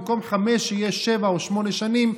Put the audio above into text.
במקום חמש יהיה שבע או שמונה שנים,